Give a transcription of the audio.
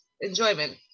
enjoyment